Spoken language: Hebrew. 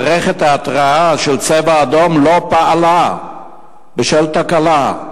מערכת ההתרעה "צבע אדום" לא פעלה בשל תקלה.